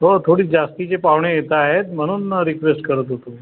हो थोडे जास्तीचे पाहुणे येत आहेत म्हणून रिक्वेस्ट करत होतो